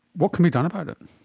what can be done about it?